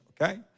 okay